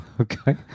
Okay